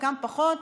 חלקם פחות,